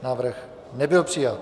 Návrh nebyl přijat.